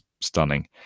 stunning